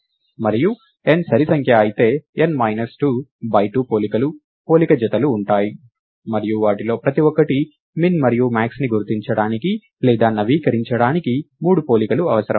మరియు n సరి సంఖ్య అయితే n మైనస్ 2 బై 2 పోలికలు పోలిక జతలు ఉంటాయి మరియు వాటిలో ప్రతి ఒక్కటి min మరియు maxని గుర్తించడానికి లేదా నవీకరించడానికి 3 పోలికలు అవసరం